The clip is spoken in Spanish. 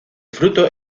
fruto